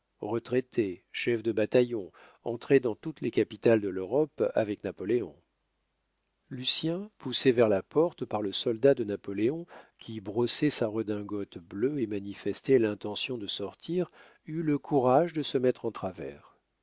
retraité chef de bataillon entré dans toutes les capitales de l'europe avec napoléon lucien poussé vers la porte par le soldat de napoléon qui brossait sa redingote bleue et manifestait l'intention de sortir eut le courage de se mettre en travers